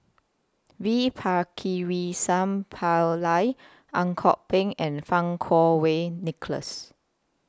V Pakirisamy Pillai Ang Kok Peng and Fang Kuo Wei Nicholas